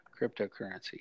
cryptocurrency